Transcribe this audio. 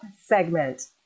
segment